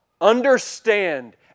understand